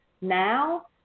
now